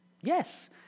Yes